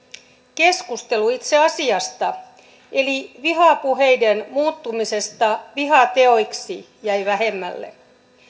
keskustelu itse asiasta eli vihapuheiden muuttumisesta vihateoiksi jäi vähemmälle